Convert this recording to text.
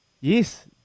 Yes